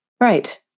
Right